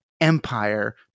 empire